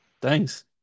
thanks